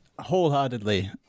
Wholeheartedly